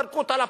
זרקו אותה לפח.